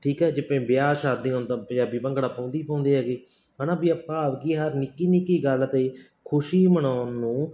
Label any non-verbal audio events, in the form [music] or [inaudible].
ਠੀਕ ਹੈ ਜੇ [unintelligible] ਵਿਆਹ ਸ਼ਾਦੀ ਹੋਣ ਤਾਂ ਪੰਜਾਬੀ ਭੰਗੜਾ ਪਾਉਂਦੇ ਹੀ ਪਾਉਂਦੇ ਹੈਗੇ ਹੈ ਨਾ ਵੀ ਆਪਾਂ ਕੀ ਆ ਨਿੱਕੀ ਨਿੱਕੀ ਗੱਲ 'ਤੇ ਖੁਸ਼ੀ ਮਨਾਉਣ ਨੂੰ